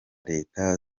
leta